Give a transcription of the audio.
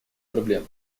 проблем